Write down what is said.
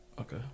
Okay